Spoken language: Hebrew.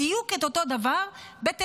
בדיוק את אותו דבר בטלפונים,